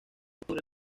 octubre